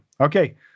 okay